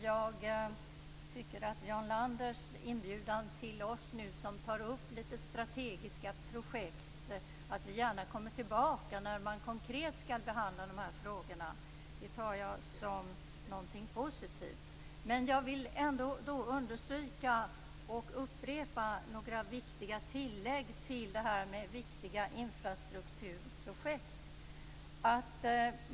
Jarl Landers inbjudan till oss, som tar upp litet strategiska projekt, att gärna komma tillbaka när man konkret skall behandla de här frågorna uppfattar jag som någonting positivt. Men jag vill ändå understryka och upprepa några viktiga tillägg till detta med viktiga infrastrukturprojekt.